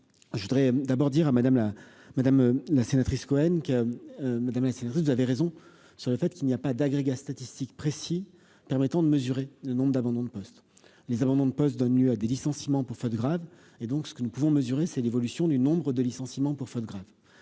la sénatrice Cohen qui a Madame la sénatrice, vous avez raison sur le fait qu'il n'y a pas d'agrégats statistiques précis permettant de mesurer le nombre d'abandons de poste les abandons de poste donne lieu à des licenciements pour faute grave et donc ce que nous pouvons mesurer, c'est l'évolution du nombre de licenciement pour faute grave,